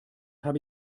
habe